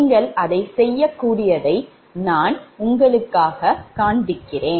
நீங்கள் அதைச் செய்யக்கூடியதை நான் உங்களுக்குக் காண்பிப்பேன்